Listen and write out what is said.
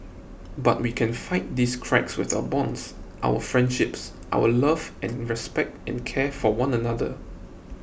but we can fight these cracks with our bonds our friendships our love and respect and care for one another